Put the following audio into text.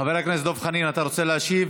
חבר הכנסת דב חנין, אתה רוצה להשיב?